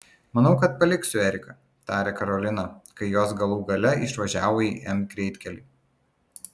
manau kad paliksiu eriką tarė karolina kai jos galų gale išvažiavo į m greitkelį